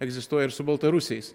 egzistuoja ir su baltarusiais